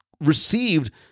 received